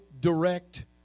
direct